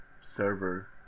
server